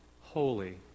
holy